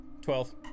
twelve